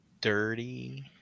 dirty